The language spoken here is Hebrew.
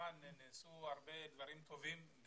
כמובן נעשו הרבה דברים טובים,